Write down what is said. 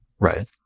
Right